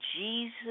Jesus